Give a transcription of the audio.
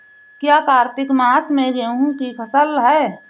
क्या कार्तिक मास में गेहु की फ़सल है?